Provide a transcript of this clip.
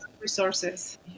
resources